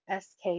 SK